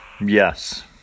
Yes